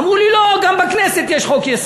אמרו לי: לא, גם בכנסת יש חוק-יסוד.